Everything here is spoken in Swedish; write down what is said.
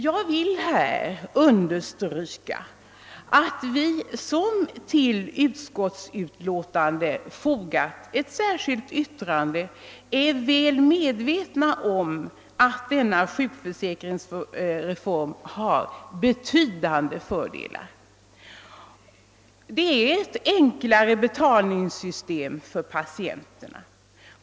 Vi som fogat ett särskilt yttrande till utskottets utlåtande är väl medvetna om att sjukförsäkringsreformen har betydande fördelar. Den innebär ett enklare betalningssystem för patienterna.